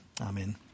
amen